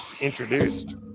introduced